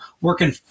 working